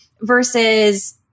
versus